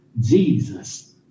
Jesus